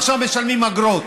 עכשיו משלמים אגרות,